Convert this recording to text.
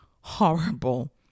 horrible